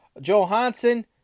Johansson